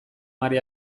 mary